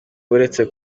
uretse